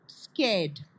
scared